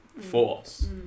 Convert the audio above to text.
force